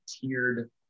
tiered